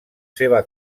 seva